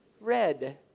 Red